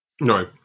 no